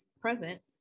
present